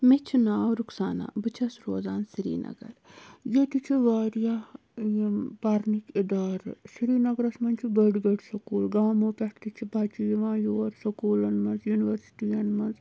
مےٚ چھُ ناو رُخسانا بہٕ چھَس روزان سری نَگر ییٚتہِ چھُ وارِیاہ یِم پَرنٕکۍ اِدارٕ سری نَگرَس منٛز چھِ بٔڈۍ بٔڈۍ سکوٗل گامو پیٚٹھٕ تہِ چھِ بَچہِ یِوان یور سکوٗلَن منٛز یونیوَرسِٹیَن منٛز